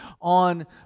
on